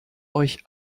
euch